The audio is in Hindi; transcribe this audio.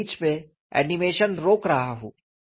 मैं बीच में एनीमेशन रोक रहा हूँ